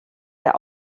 der